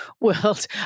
world